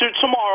tomorrow